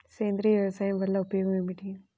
సేంద్రీయ వ్యవసాయం వల్ల ఉపయోగం ఏమిటి?